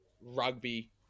rugby